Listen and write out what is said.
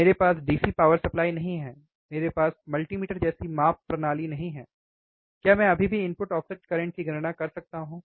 मेरे पास DC power supply नहीं है मेरे पास मल्टीमीटर जैसी माप प्रणाली नहीं है क्या मैं अभी भी इनपुट ऑफसेट करंट की गणना कर सकता हूं